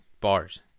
Bars